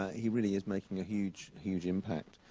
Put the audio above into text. he really is making a huge, huge impact.